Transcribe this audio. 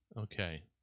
Okay